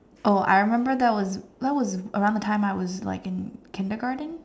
oh I remember that was that was around the time I was like in kindergarten